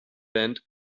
band